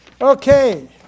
Okay